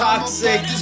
Toxic